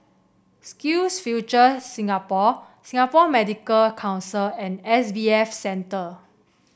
SkillsFuture Singapore Singapore Medical Council and S B F Center